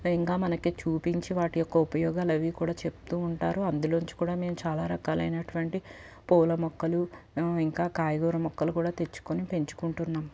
ఇంకా మనకి చూపించి వాటి యొక్క ఉపయోగాలు అవి కూడా చెప్తు ఉంటారు అందులో నుంచి కూడా మేము చాలా రకాలైనటువంటి పూల మొక్కలు ఇంకా కాయగూర మొక్కలు కూడా తెచ్చుకుని పెంచుకుంటున్నాం